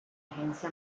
agencia